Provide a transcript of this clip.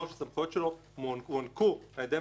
שהסמכויות שלו הוענקו על-ידי המסגרת המשפטית,